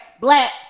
black